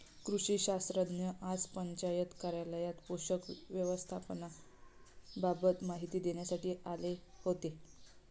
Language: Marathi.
कृषी शास्त्रज्ञ आज पंचायत कार्यालयात पोषक व्यवस्थापनाबाबत माहिती देण्यासाठी आले होते